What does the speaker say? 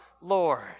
Lord